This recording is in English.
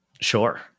sure